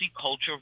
culture